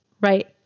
Right